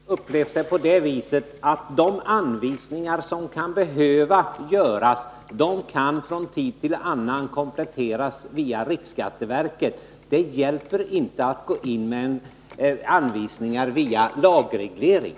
Herr talman! Vi har för vår del upplevt saken på det viset att de anvisningar som kan behövas från tid till annan kan kompletteras via riksskatteverket. Det hjälper inte att man går in med anvisningar via lagreglering.